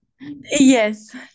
yes